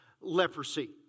leprosy